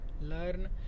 learn